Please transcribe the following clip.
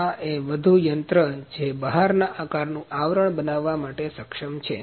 આ એ વધુ યંત્ર જે બહારના આકારનું આવરણ બનાવવા માટે સક્ષમ છે